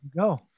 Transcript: Go